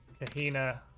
Kahina